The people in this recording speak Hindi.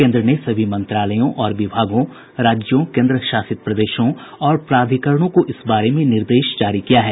केन्द्र ने सभी मंत्रालयों और विभागों राज्यों केन्द्र शासित प्रदेशों और प्राधिकरणों को इस बारे में निर्देश जारी किया है